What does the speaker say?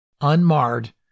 unmarred